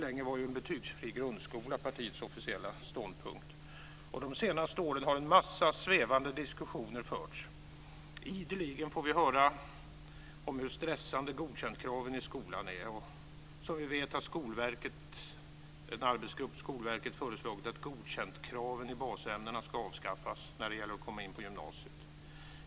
Länge var en betygsfri grundskola partiets officiella ståndpunkt. De senaste åren har en massa svävande diskussioner förts. Ideligen får vi höra om hur stressande kraven på Godkänd är i skolan. Som vi vet har en arbetsgrupp på Skolverket föreslagit att kraven på Godkänd i basämnena ska avskaffas för att komma in på gymnasiet.